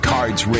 Cards